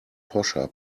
posher